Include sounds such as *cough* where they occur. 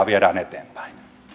*unintelligible* viedään eteenpäin